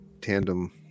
tandem